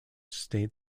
state